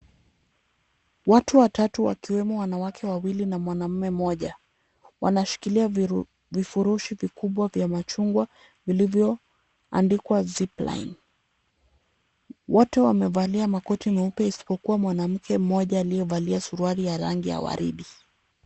Watu watatu wakiwemo wanawake wawili na mwanaume mmoja, wanashikilia vifurushi vikubwa vya machungwa vilivyoandikwa zipline . Wote wamevalia makoti nyeupe isipokuwa mwanamke mmoja aliyevlia suruali ya rangi ya waridi.